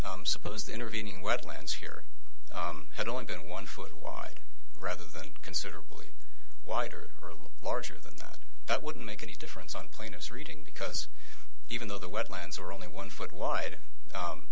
suppose the intervening wetlands here had only been one foot wide rather than considerably wider or larger than that that wouldn't make any difference on plaintiff's reading because even though the wetlands were only one foot wide